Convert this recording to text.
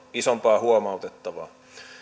isompaa huomautettavaa